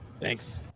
Thanks